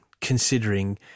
considering